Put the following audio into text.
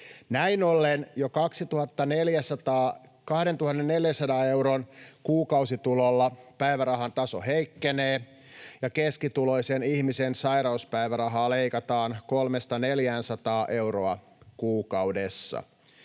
Näin ollen jo 2 400 euron kuukausitulolla päivärahan taso heikkenee ja keskituloisen ihmisen sairauspäivärahaa leikataan 300—400 euroa kuukaudessa.